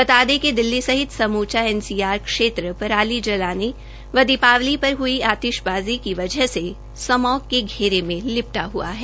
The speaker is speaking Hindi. बता दें कि दिल्ली सहित समूचा एनसीआर क्षेत्र पराली जलने व दीपावली पर हुई आतिशबाजी की वजह से स्मॉग के घेरे में लिपटा हुआ है